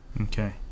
Okay